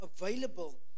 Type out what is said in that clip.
available